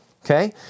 Okay